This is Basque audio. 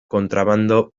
kontrabando